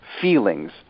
feelings